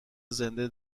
زنده